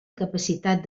capacitat